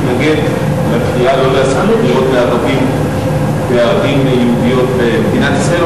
מתנגד לקריאה לא להשכיר דירות לערבים בערים יהודיות במדינת ישראל,